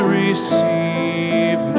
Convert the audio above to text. receive